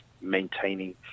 maintaining